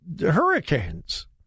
Hurricanes